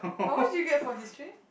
how much did you get for history